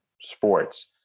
sports